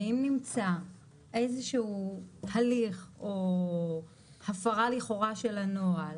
ואם נמצא איזה הליך או הפרה לכאורה של הנוהל,